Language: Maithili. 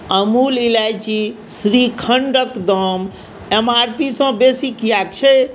अमूल इलायची श्रीखण्डके दाम एम आर पी सँ बेसी किएक छै